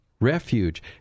refuge